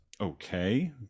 okay